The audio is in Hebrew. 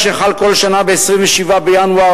אשר חל כל שנה ב-27 בינואר,